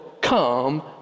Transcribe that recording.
come